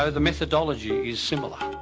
ah ah methodology is similar.